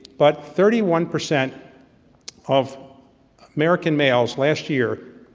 but thirty one percent of american males, last year,